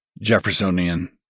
Jeffersonian